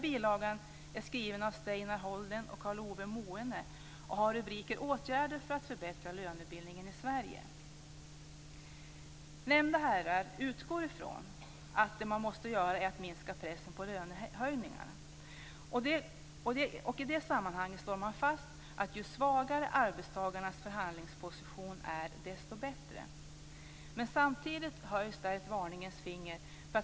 Ove Moene och har rubriken "Åtgärder för att förbättra lönebildningen i Sverige ...". Nämnda herrar utgår från att man måste minska pressen på lönehöjningar. I det sammanhanget slår man fast att ju svagare arbetstagarnas förhandlingsposition är desto bättre. Samtidigt höjs det ett varningens finger.